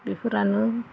बेफोरानो